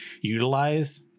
utilize